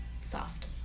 soft